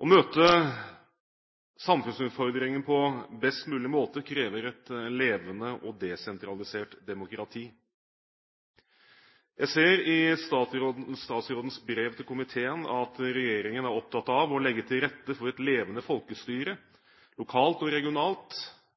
Å møte samfunnsutfordringene på best mulig måte krever et levende og desentralisert demokrati. Jeg ser i statsrådens brev til komiteen at regjeringen er opptatt av å legge til rette for et levende folkestyre lokalt og regionalt